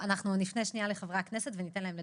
נפנה שנייה לחברי הכנסת וניתן להם לדבר.